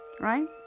right